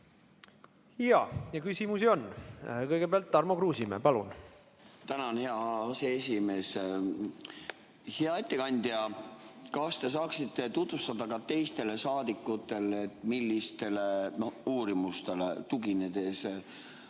Jaa, küsimusi on. Kõigepealt Tarmo Kruusimäe, palun! Tänan, hea aseesimees! Hea ettekandja! Kas te saaksite tutvustada ka teistele saadikutele, millistele uurimustele tugineb